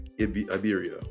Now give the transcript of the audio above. Iberia